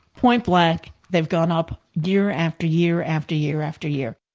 point blank, they've gone up year, after year, after year, after year.